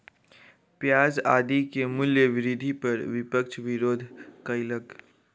प्याज आदि के मूल्य वृद्धि पर विपक्ष विरोध कयलक